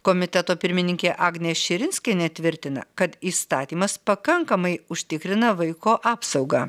komiteto pirmininkė agnė širinskienė tvirtina kad įstatymas pakankamai užtikrina vaiko apsaugą